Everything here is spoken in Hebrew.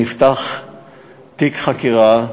נפתח תיק חקירה,